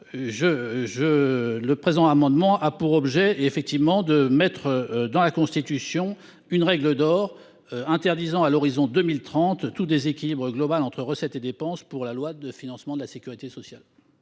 le présent amendement a pour objet d’inscrire dans la Constitution une règle d’or interdisant, à compter de 2030, tout déséquilibre global entre recettes et dépenses dans les lois de financement de la sécurité sociale.